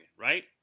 right